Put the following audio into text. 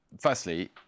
Firstly